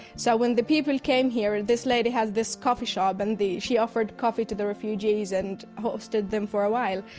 so when the people came here, this lady had this coffee shop and she offered coffee to the refugees and hosted them for a while.